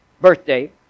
birthday